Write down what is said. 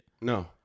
No